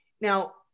Now